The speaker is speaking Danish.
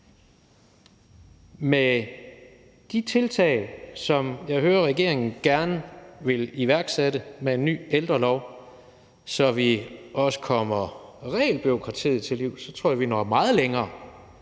med de tiltag, som jeg hører regeringen gerne vil iværksætte med en ny ældrelov, så vi også kommer regelbureaukratiet til livs, så tror jeg, vi når meget længere,